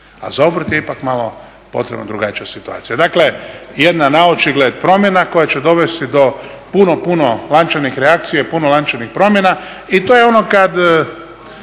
a za obrt je ipak malo potrebna drugačija situacija. Dakle, jedna naočigled promjena koja će dovesti do puno, puno lančanih reakcija i puno lančanih promjena i to je ono kad